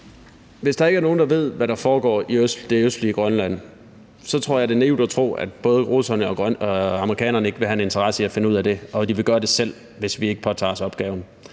Hvis der ikke er nogen, der ved, hvad der foregår i det østlige Grønland, tror jeg, det er naivt at tro, at russerne og amerikanerne ikke vil have en interesse i at finde ud af det, og at de ikke vil gøre det selv, hvis vi ikke påtager os opgaven.